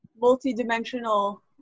multi-dimensional